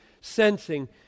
sensing